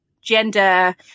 gender